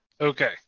Okay